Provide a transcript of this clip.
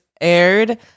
aired